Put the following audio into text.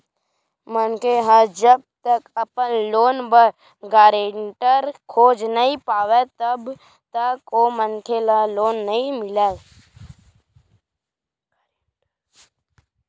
मनखे ह जब तक अपन लोन बर गारेंटर खोज नइ पावय तब तक ओ मनखे ल लोन नइ मिलय